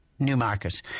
Newmarket